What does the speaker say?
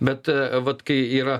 bet vat kai yra